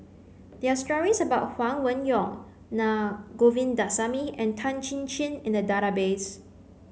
there are stories about Huang Wenhong Naa Govindasamy and Tan Chin Chin in the database